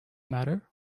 matter